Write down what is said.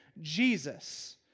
Jesus